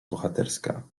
bohaterska